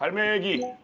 um you